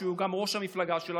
שהוא גם ראש המפלגה שלך,